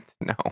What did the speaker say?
no